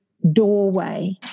Doorway